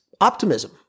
optimism